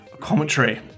Commentary